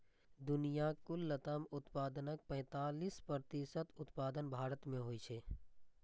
दुनियाक कुल लताम उत्पादनक पैंतालीस प्रतिशत उत्पादन भारत मे होइ छै